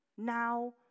Now